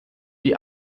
die